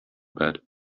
bed